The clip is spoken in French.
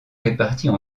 réparties